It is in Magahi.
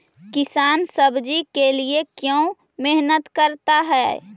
किसान सब्जी के लिए क्यों मेहनत करता है?